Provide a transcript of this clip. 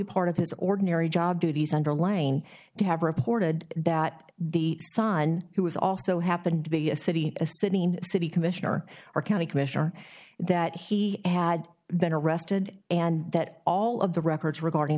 part of his ordinary job duties underlying to have reported that the sonne who was also happened to be a city a city and city commissioner or county commissioner that he had been arrested and that all of the records regarding